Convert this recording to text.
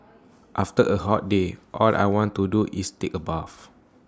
after A hot day all I want to do is take A bath